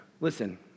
Listen